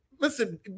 listen